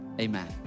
Amen